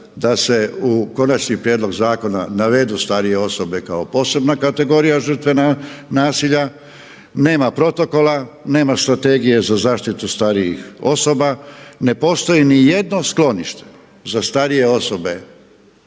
da se u konačni prijedlog zakona navedu starije osobe kao posebna kategorija žrtve nasilja, nema protokola, nema strategije za zaštitu starijih osoba, ne postoji ni jedno sklonište za starije osobe